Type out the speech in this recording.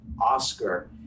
Oscar